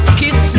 kiss